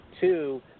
Two